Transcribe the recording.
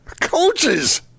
Coaches